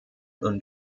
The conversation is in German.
und